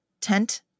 tent